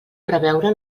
preveure